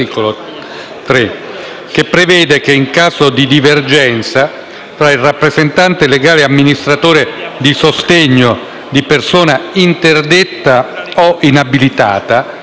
tra il rappresentante legale o l'amministratore di sostegno di persona interdetta o inabilitata e il medico, che ritenga che le cure siano invece